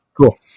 Cool